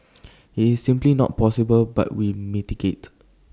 IT is simply not possible but we mitigate